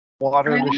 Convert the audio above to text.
water